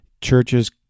Churches